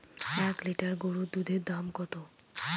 এক লিটার গরুর দুধের দাম কত?